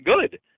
good